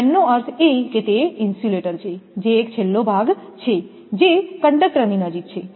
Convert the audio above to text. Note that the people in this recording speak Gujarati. n નો અર્થ એ કે તે ઇન્સ્યુલેટર છે જે એક છેલ્લો ભાગ છે જે કંડક્ટરની નજીક છે